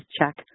check